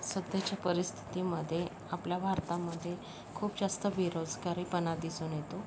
सध्याच्या परिस्थितीमध्ये आपल्या भारतामध्ये खूप जास्त बेरोजगारी पणा दिसून येतो